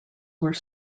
were